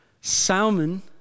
Salmon